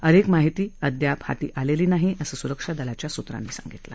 अधिक माहिती अद्याप हाती आलेली नाही असं स्रक्षा दलाच्या स्त्रांनी सांगितलं